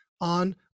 on